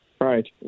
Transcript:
right